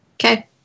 Okay